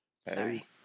Sorry